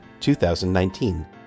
2019